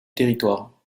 territoire